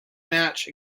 match